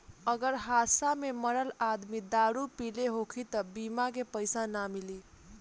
अगर हादसा में मरल आदमी दारू पिले होखी त बीमा के पइसा ना मिली